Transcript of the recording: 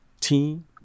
team